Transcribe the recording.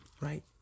right